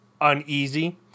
uneasy